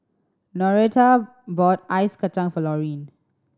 Noreta bought ice kacang for Loreen